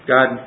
God